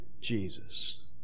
Jesus